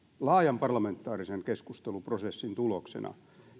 laajan parlamentaarisen keskusteluprosessin tuloksena